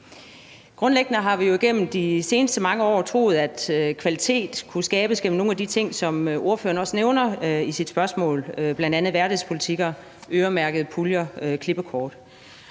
Grundlæggende har vi jo igennem de seneste mange år troet, at kvalitet kunne skabes gennem nogle af de ting, som ordføreren også nævner i sit spørgsmål, bl.a. værdighedspolitikker, øremærkede puljer og klippekort.